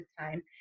time